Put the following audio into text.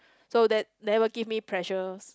so that never give me pressures